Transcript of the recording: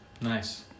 Nice